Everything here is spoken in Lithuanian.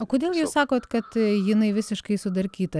o kodėl jūs sakot kad jinai visiškai sudarkyta